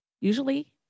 usually